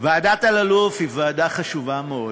ועדת אלאלוף היא ועדה חשובה מאוד,